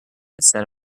instead